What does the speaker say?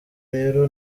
rero